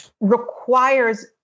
requires